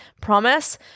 promise